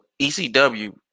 ECW